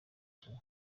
kenya